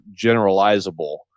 generalizable